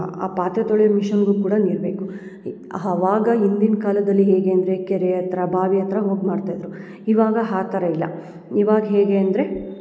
ಆ ಪಾತ್ರೆ ತೊಳೆಯೋ ಮಿಷಿನ್ಗು ಕೂಡ ನೀರು ಬೇಕು ಅವಾಗ ಹಿಂದಿನ ಕಾಲದಲ್ಲಿ ಹೇಗೆ ಅಂದರೆ ಕೆರೆ ಹತ್ರ ಬಾವಿ ಹತ್ರ ಹೋಗಿ ಮಾಡ್ತಾ ಇದ್ದರು ಇವಾಗ ಆ ಥರ ಇಲ್ಲ ಇವಾಗ ಹೇಗೆ ಅಂದರೆ